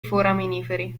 foraminiferi